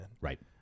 right